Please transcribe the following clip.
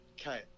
okay